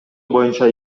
боюнча